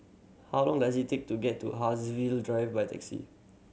how long does it take to get to Haigsville Drive by taxi